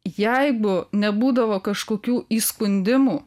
jeigu nebūdavo kažkokių įskundimų